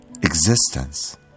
existence